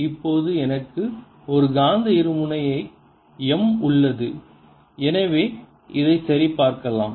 இப்போது எனக்கு ஒரு காந்த இருமுனை m உள்ளது எனவே இதை சரிபார்க்கலாம்